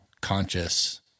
conscious